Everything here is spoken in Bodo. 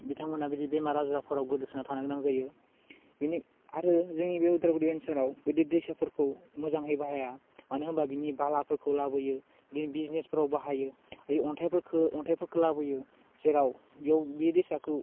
बिथांमोनहा बिदि बेमार आजारफोराव गोदोसोना थानो गोनां जायो बेनि आरो जोंनि बे उदालगुरि ओनसोलफोराव बिदि दैसाफोरखौ मोजाङै बाहाया मानो होम्बा बेनि बालाफोरखौ लाबोयो बिदिनो बिजनेसफोराव बाहायो अन्थाइफोरखौ अन्थाइफोरखौ लाबोयो जेराव बियाव बे दैसाखौ